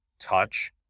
touch